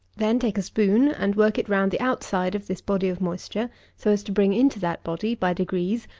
then take a spoon and work it round the outside of this body of moisture so as to bring into that body, by degrees,